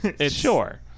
Sure